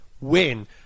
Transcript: win